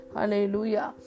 Hallelujah